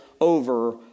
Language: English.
over